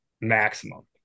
maximum